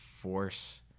force